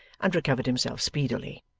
and recovered himself speedily.